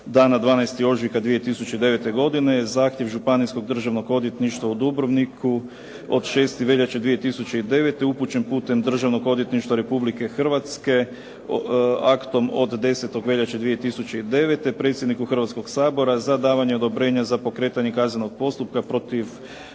dana 12. ožujka 2009. godine zahtjev županijskog državnog odvjetništva u Dubrovniku od 6. veljače 2009. upućen putem Državnog odvjetništva Republike Hrvatske aktom od 10. veljače 2009. predsjedniku Hrvatskog sabora za davanje odobrenja za pokretanje kaznenog postupka protiv